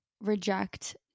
reject